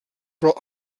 però